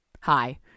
Hi